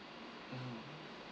mm